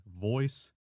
voice